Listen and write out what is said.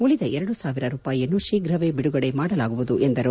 ಉಳಿದ ಎರಡು ಸಾವಿರ ರೂಪಾಯಿಗಳನ್ನು ಶೀಘ್ರವೇ ಬಿಡುಗಡೆ ಮಾಡಲಾಗುವುದು ಎಂದರು